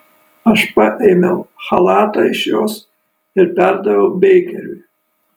aš paėmiau chalatą iš jos ir perdaviau beikeriui